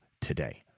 today